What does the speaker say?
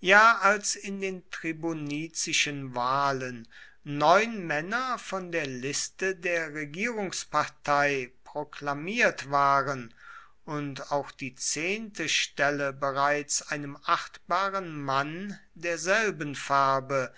ja als in den tribunizischen wahlen neun männer von der liste der regierungspartei proklamiert waren und auch die zehnte stelle bereits einem achtbaren mann derselben farbe